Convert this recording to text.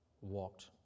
walked